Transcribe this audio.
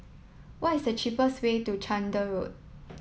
what is the cheapest way to Chander Road